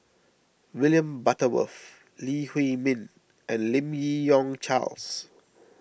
William Butterworth Lee Huei Min and Lim Yi Yong Charles